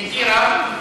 מטירה.